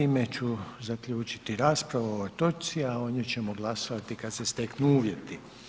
Time ću zaključiti raspravu u ovoj točci, a o njoj ćemo glasovati kad se steknu uvjeti.